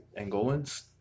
Angolans